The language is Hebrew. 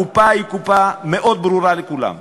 הקופה היא קופה מאוד ברורה לכולם.